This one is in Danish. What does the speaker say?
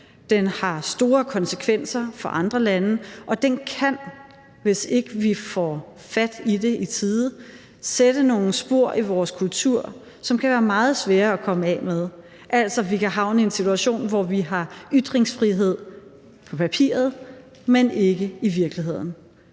Den har store konsekvenser for andre lande, og den kan, hvis ikke vi får fat i det i tide, sætte nogle spor i vores kultur, som kan være meget svære at komme af med. Altså, vi kan havne i en situation, hvor vi har ytringsfrihed på papiret, men ikke i virkeligheden,